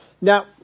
Now